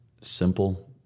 simple